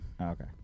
Okay